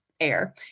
air